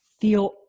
feel